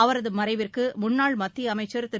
அவரது மறைவுக்கு முன்னாள் மத்திய அமைச்சர் திரு